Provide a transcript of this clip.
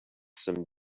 some